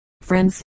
Friends